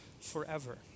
forever